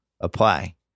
apply